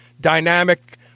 dynamic